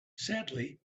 sadly